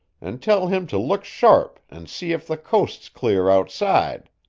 and tell him to look sharp and see if the coast's clear outside.